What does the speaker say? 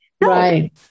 Right